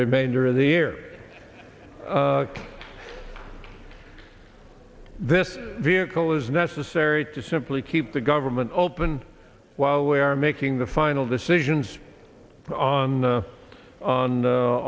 remainder of the year this vehicle is necessary to simply keep the government open while we are making the final decisions on